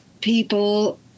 people